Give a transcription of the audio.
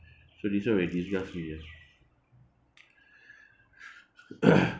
so this one will disgust me ah